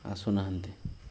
ଆସୁନାହାଁନ୍ତି